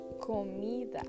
comida